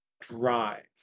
drive